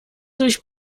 durch